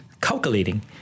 calculating